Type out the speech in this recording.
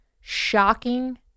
shocking